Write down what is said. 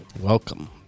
welcome